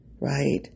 Right